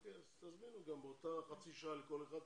אוקיי, אז תזמינו גם אותם באותה חצי שעה לכל אחד.